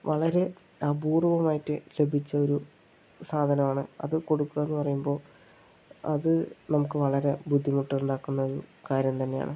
വളരെ അപൂർവ്വമായിട്ട് ലഭിച്ച ഒരു സാധനമാണ് അത് കൊടുക്കുക എന്ന് പറയുമ്പോൾ അത് നമുക്ക് വളരെ ബുദ്ധിമുട്ടുണ്ടാക്കുന്ന ഒരു കാര്യം തന്നെയാണ്